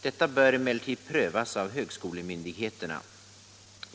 Detta bör emellertid prövas av högskolemyndigheterna.